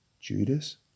Judas